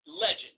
legend